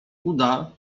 uda